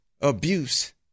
Abuse